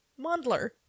Mondler